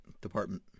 department